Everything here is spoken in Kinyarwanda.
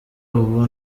ubu